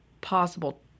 possible